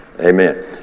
Amen